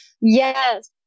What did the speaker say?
Yes